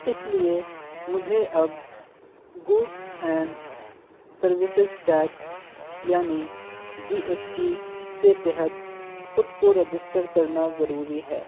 اس لیے مجھے اب گوڈس اینڈ سروسز ٹیکس یعنی جی ایس ٹی کے تحت خود کو رجسٹر کرنا ضروری ہے